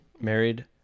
married